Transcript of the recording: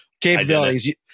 capabilities